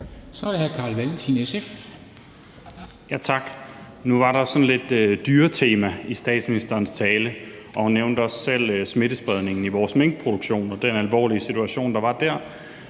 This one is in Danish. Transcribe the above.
SF. Kl. 00:06 Carl Valentin (SF): Tak. Nu var der sådan lidt et dyretema i statsministerens tale, og hun nævnte også selv smittespredningen i vores minkproduktion og den alvorlige situation, der var der.